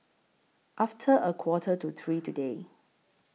after A Quarter to three today